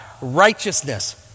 righteousness